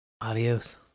Adios